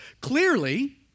Clearly